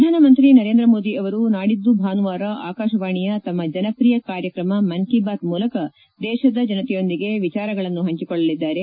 ಪ್ರಧಾನಮಂತ್ರಿ ನರೇಂದ್ರ ಮೋದಿ ಅವರು ನಾಡಿದ್ದು ಭಾನುವಾರ ಆಕಾಶವಾಣಿಯ ತಮ್ನ ಜನಪ್ರಿಯ ಕಾರ್ಯಕ್ತಮ ಮನ್ ಕಿ ಬಾತ್ ಮೂಲಕ ದೇಶದ ಜನತೆಯೊಂದಿಗೆ ವಿಚಾರಗಳನ್ನು ಹಂಚಿಕೊಳ್ಳಲಿದ್ದಾರೆ